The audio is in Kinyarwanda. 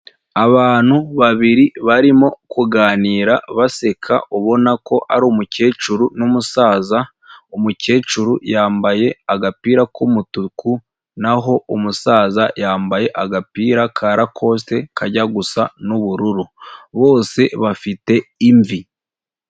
Abantu babiri barimo kuganira baseka ubona ko ari umukecuru n'umusaza, umukecuru yambaye agapira k'umutuku naho umusaza yambaye agapira ka rakosite kajya gusa n'ubururu, bose bafite imvi.